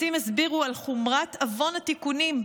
מרצים הסבירו על חומרת עוון התיקונים,